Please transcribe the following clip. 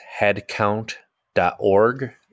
headcount.org